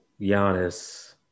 Giannis